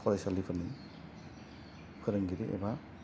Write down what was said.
फरायसालिफोरनि फोरोंगिरि एबा